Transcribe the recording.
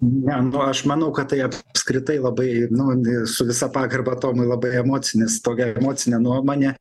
ne nu aš manau kad tai apskritai labai nu su visa pagarba tomui labai emocinis tokia emocinė nuomonė